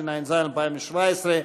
התשע"ז 2017,